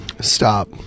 Stop